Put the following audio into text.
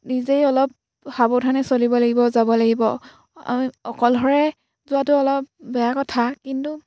নিজেই অলপ সাৱধানে চলিব লাগিব যাব লাগিব অকলশৰে যোৱাটো অলপ বেয়া কথা কিন্তু